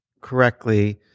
correctly